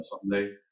Sunday